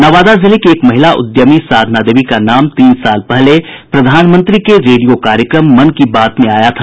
नवादा जिले की एक महिला उद्यमी साधना देवी का नाम तीन साल पहले प्रधानमंत्री के रेडियो कार्यक्रम मन की बात में आया था